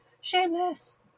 shameless